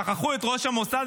שכחו את ראש המוסד.